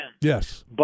yes